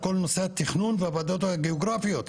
כל נושא התכנון והוועדות הגיאוגרפיות,